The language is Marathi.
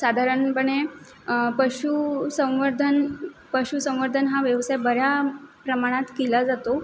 साधारणपणे पशुसंवर्धन पशुसंवर्धन हा व्यवसाय बऱ्या प्रमाणात केला जातो